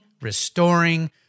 restoring